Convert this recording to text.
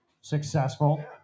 successful